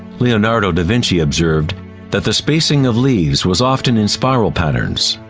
leonardo da vinci observed that the spacing of leaves was often in spiral patterns.